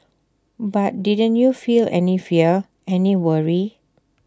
but didn't you feel any fear any worry